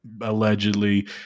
allegedly